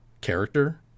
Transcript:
character